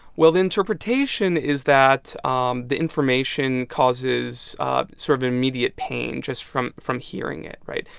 well, the interpretation is that um the information causes sort of an immediate pain just from from hearing it, right?